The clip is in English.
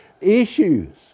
issues